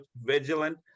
vigilant